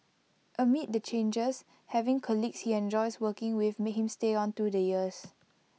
amid the changes having colleagues he enjoys working with made him stay on through the years